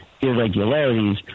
irregularities